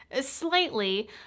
slightly